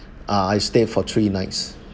ah I stayed for three nights